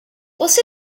você